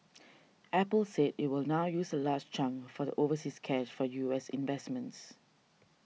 apple said it will now use a large chunk of the overseas cash for U S investments